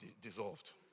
dissolved